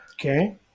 okay